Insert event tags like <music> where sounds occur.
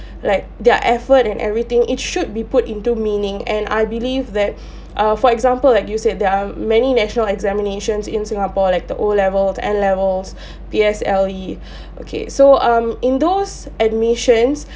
like their effort and everything it should be put into meaning and I believe that <breath> uh for example like you said there are many national examinations in singapore like the o levels n levels <breath> P_S_L_E <breath> okay so um in those admissions